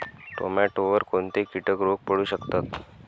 टोमॅटोवर कोणते किटक रोग पडू शकतात?